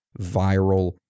viral